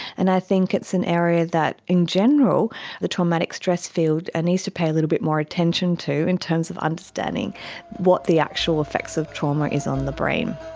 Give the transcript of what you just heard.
and i think it's an area that in general the traumatic stress field and needs to pay a little bit more attention to in terms of understanding what the actual effects of trauma is on the brain.